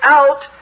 out